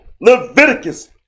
Leviticus